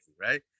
right